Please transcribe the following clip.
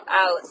out